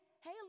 hey